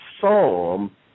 Psalm